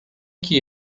que